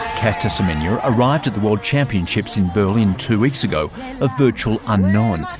caster semenya arrived at the world championships in berlin two weeks ago a virtual unknown,